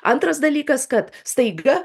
antras dalykas kad staiga